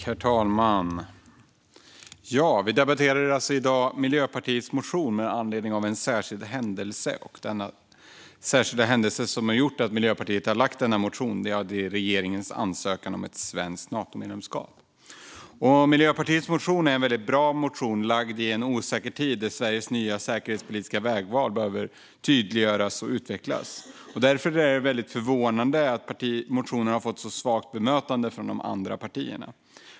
Herr talman! Vi debatterar i dag Miljöpartiets motion med anledningen av en särskild händelse. Denna särskilda händelse, som har gjort att Miljöpartiet väckt denna motion, är regeringens ansökan om ett svenskt Natomedlemskap. Miljöpartiets motion är en väldigt bra motion, väckt i en osäker tid där Sveriges nya säkerhetspolitiska vägval behöver tydliggöras och utvecklas. Det är därför förvånande att motionen fått ett så svagt bemötande från de andra partierna.